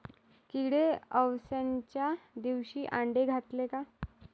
किडे अवसच्या दिवशी आंडे घालते का?